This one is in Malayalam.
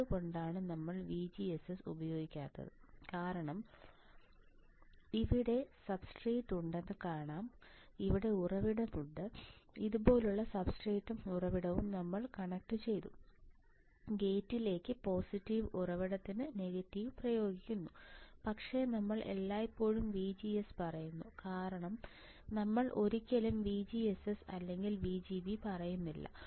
എന്തുകൊണ്ടാണ് നമ്മൾ VGSS ഉപയോഗിക്കാത്തത് കാരണം ഇവിടെ സബ്സ്ട്രേറ്റ് ഉണ്ടെന്ന് കാണാം ഇവിടെ ഉറവിടം ഉണ്ട് ഇതുപോലുള്ള സബ്സ്ട്രേറ്റും ഉറവിടവും നമ്മൾ കണക്റ്റുചെയ്തു ഗേറ്റിലേക്ക് പോസിറ്റീവ് ഉറവിടത്തിന് നെഗറ്റീവ് പ്രയോഗിക്കുന്നു പക്ഷേ നമ്മൾ എല്ലായ്പ്പോഴും VGS പറയുന്നു കാരണം നമ്മൾ ഒരിക്കലും VGSS അല്ലെങ്കിൽ VGB പറയുന്നില്ല